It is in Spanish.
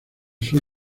sur